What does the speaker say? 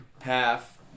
half